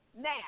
Now